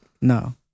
no